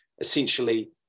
essentially